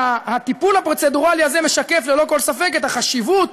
הטיפול הפרוצדורלי הזה משקף ללא כל ספק את החשיבות